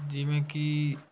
ਜਿਵੇਂ ਕਿ